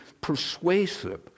persuasive